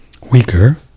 weaker